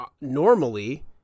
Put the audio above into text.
normally